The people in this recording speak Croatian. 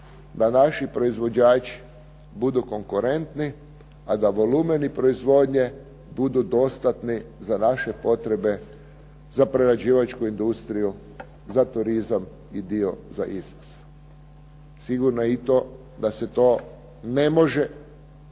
da naši proizvođači budu konkurentni a da volumeni proizvodnje budu dostatni za naše potrebe, za prerađivačku industriju, za turizam i dio za izvoz. Sigurno je i to da se to ne može, i